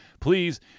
please